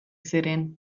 ziren